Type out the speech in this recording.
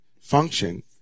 function